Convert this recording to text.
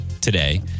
today